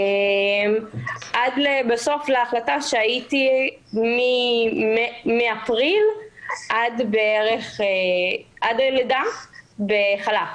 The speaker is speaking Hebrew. עד בסוף להחלטה שהייתי מחודש אפריל עד הלידה בחל"ת